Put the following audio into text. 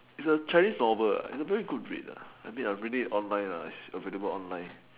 it's a Chinese novel it's a very good read I mean I'm reading it online it's available online